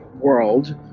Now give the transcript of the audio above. world